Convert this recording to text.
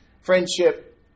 friendship